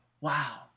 wow